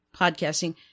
podcasting